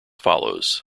follows